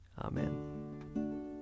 Amen